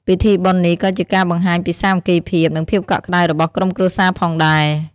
ពិធីបុណ្យនេះក៏ជាការបង្ហាញពីសាមគ្គីភាព និងភាពកក់ក្តៅរបស់ក្រុមគ្រួសារផងដែរ។